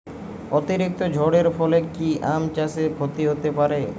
অতিরিক্ত ঝড়ের ফলে কি আম চাষে ক্ষতি হতে পারে?